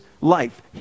life